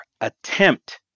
attempt